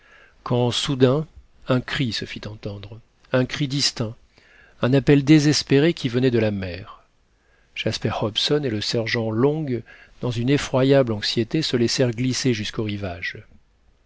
quand soudain un cri se fit entendre un cri distinct un appel désespéré qui venait de la mer jasper hobson et le sergent long dans une effroyable anxiété se laissèrent glisser jusqu'au rivage